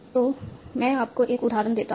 तो मैं आपको एक उदाहरण देता हूं